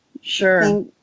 Sure